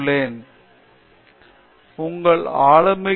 ஆனால் உண்மையான நல்ல ஆராய்ச்சி இங்குதான் நடக்கிறது